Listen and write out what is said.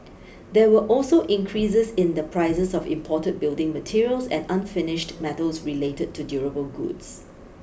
there were also increases in the prices of imported building materials and unfinished metals related to durable goods